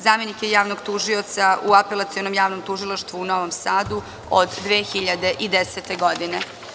Zamenik je javnog tužioca u Apelacionom javnom tužilaštvu u Novom Sadu od 2010. godine.